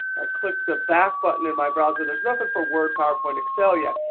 i click the back button in my browser, there's nothing for word, powerpoint, excel yet.